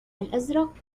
الأزرق